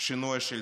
שינוי השלטון.